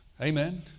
Amen